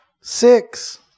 Six